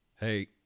Hey